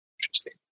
Interesting